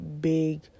big